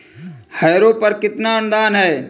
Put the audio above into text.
Harrow पर कितना अनुदान है?